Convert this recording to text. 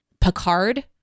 Picard